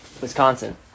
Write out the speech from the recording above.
Wisconsin